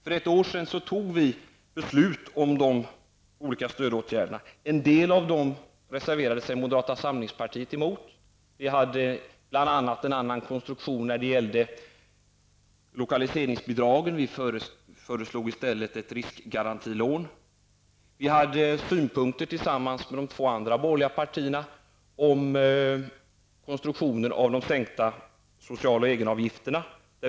För ett år sedan fattade vi beslut om de olika stödåtgärderna. Mot en del av dessa beslut reserverade sig moderata samlingspartiet. Vi föreslog bl.a. en annan konstruktion av lokaliseringsbidraget och förordade i stället ett riskgarantilån. Tillsammans med de båda andra borgerliga partierna hade vi synpunkter på konstruktionen av de sänkta sociala egenavgifterna.